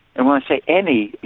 and when i say any,